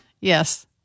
Yes